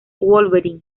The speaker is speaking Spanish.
wolverine